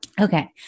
okay